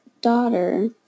daughter